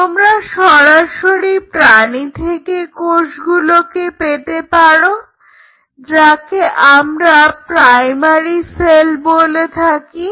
তোমরা সরাসরিভাবে প্রাণী থেকে কোষগুলোকে পেতে পারো যাকে আমরা প্রাইমারি সেল বলে থাকি